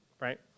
right